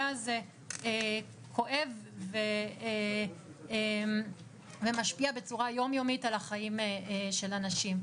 הזה כואב ומשפיע בצורה יומיומית על החיים של אנשים.